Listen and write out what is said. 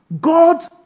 god